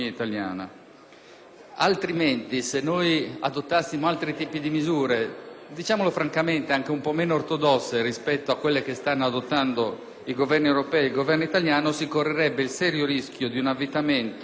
Altrimenti, se noi adottassimo altri tipi di misure, diciamo francamente anche un po' meno ortodosse rispetto a quelle che stanno assumendo i Governi europei e il Governo italiano, si correrebbe il serio rischio di un avvitamento tra la spesa,